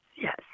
yes